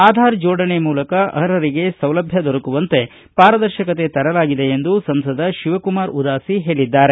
ಆಧಾರ್ ಜೋಡಣೆ ಮೂಲಕ ಅರ್ಹರಿಗೆ ಸೌಲಭ್ಯ ದೊರಕುವಂತೆ ಪಾರದರ್ಶಕತೆ ತರಲಾಗಿದೆ ಎಂದು ಸಂಸದ ಶಿವಕುಮಾರ ಉದಾಸಿ ಹೇಳಿದ್ದಾರೆ